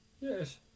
Yes